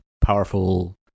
powerful